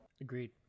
agreed